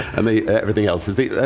i mean everything else is eaten.